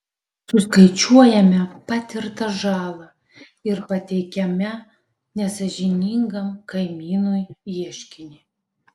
suskaičiuojame patirtą žalą ir pateikiame nesąžiningam kaimynui ieškinį